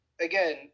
again